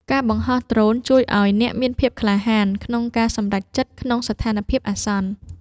ការបង្ហោះដ្រូនជួយឱ្យអ្នកមានភាពក្លាហានក្នុងការសម្រេចចិត្តក្នុងស្ថានភាពអាសន្ន។